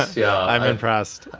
yeah, i'm impressed.